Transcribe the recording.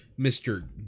Mr